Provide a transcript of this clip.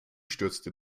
stürzte